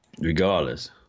regardless